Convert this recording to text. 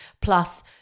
plus